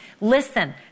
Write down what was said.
Listen